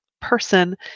person